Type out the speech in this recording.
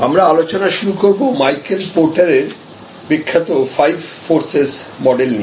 আমরা আলোচনা শুরু করব মাইকেল পোর্টারের বিখ্যাত ফাইভ ফোর্সেস মডেল নিয়ে